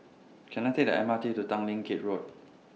Can I Take The M R T to Tanglin Gate Road